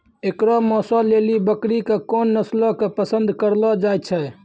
एकरो मांसो लेली बकरी के कोन नस्लो के पसंद करलो जाय छै?